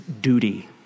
duty